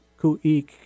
Kuik